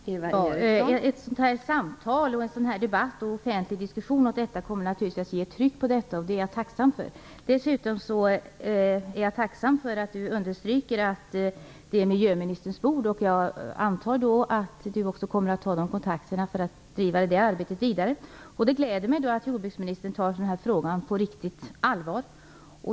Fru talman! Ett sådant här samtal, en debatt och en offentlig diskussion, kommer givetvis att skapa ett tryck i frågan, och det är jag tacksam för. Jag är dessutom tacksam för att Margareta Winberg understryker att detta är miljöministerns bord. Jag antar därför att Margareta Winberg kommer att ta kontakter för att driva detta arbete vidare. Det gläder mig att jordbruksministern tar den här frågan på stort allvar.